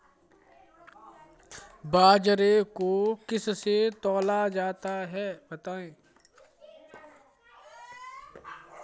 बाजरे को किससे तौला जाता है बताएँ?